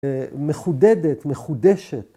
‫מחודדת, מחודשת.